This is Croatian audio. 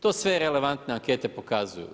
To sve relevantne ankete pokazuju.